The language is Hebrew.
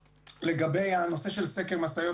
לגבי הנושא של סקר משאיות,